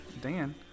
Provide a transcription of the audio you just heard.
Dan